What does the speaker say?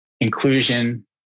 inclusion